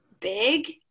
big